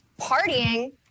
partying